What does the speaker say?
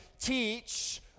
teach